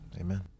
Amen